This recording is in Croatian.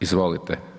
Izvolite.